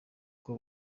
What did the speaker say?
uko